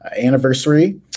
anniversary